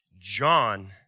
John